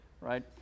right